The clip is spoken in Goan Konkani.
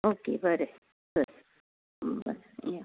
ओके बरें बरें बाय या